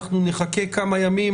אנחנו נחכה כמה ימים.